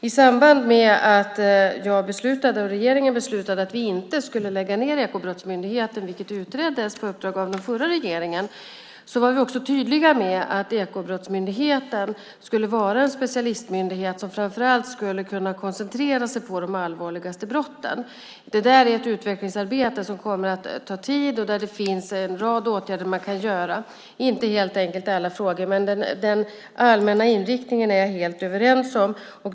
I samband med att jag och regeringen beslutade att vi inte skulle lägga ned Ekobrottsmyndigheten - vilket utreddes på uppdrag av den förra regeringen - var vi tydliga med att Ekobrottsmyndigheten skulle vara en specialistmyndighet som framför allt skulle kunna koncentrera sig på de allvarligaste brotten. Det där är ett utvecklingsarbete som kommer att ta tid och där det finns en rad åtgärder man kan vidta. Det är inte helt enkelt i alla frågor, men den allmänna inriktningen är vi helt överens om.